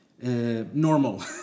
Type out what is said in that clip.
normal